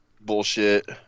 bullshit